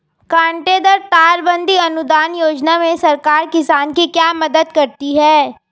कांटेदार तार बंदी अनुदान योजना में सरकार किसान की क्या मदद करती है?